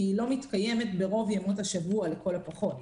כי היא לא מתקיימת ברוב ימות השבוע לכל הפחות.